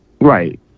Right